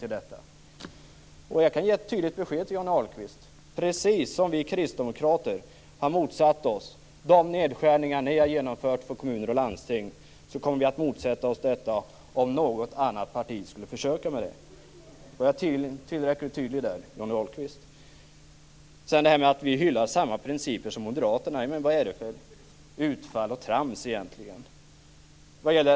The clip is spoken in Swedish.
Jag kan ge ett tydligt besked till Johnny Ahlqvist: Precis som vi kristdemokrater har motsatt oss de nedskärningar som ni har genomfört när det gäller kommuner och landsting kommer vi att motsätta oss detta om något annat parti skulle försöka med det. Var jag tillräckligt tydlig där, Johnny Ahlqvist? Sedan till det här med att vi hyllar samma principer som Moderaterna. Vad är det för utfall och trams egentligen?